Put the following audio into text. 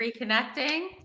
reconnecting